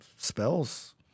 Spells